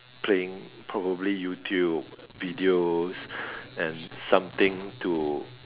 playing probably YouTube videos and something to